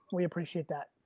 we appreciate that.